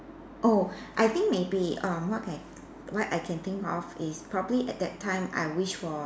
oh I think maybe err what can what I can think of is probably at that time I wish for